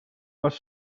was